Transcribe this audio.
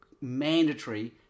mandatory